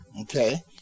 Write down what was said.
Okay